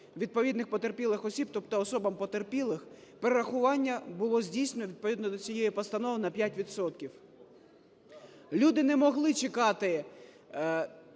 відповідних потерпілих осіб, тобто особам потерпілих, перерахування було здійснено відповідно до цієї постанови на 5 відсотків. Люди не могли чекати